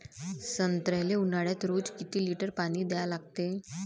संत्र्याले ऊन्हाळ्यात रोज किती लीटर पानी द्या लागते?